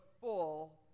full